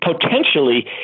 potentially